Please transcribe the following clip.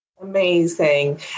Amazing